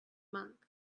monk